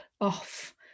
off